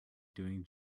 doing